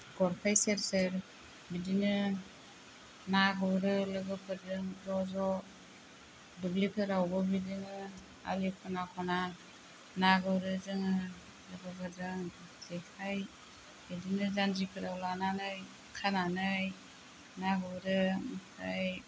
गरफै सेर सेर बिदिनो ना गुरो लोगोफोरजों ज' ज' दुब्लिफोरावबो बिदिनो आलि खना खना ना गुरो जोङो लोगोफोरजों जेखाइ बिदिनो जानजिफोराव लानानै खानानै ना गुरो ओमफ्राय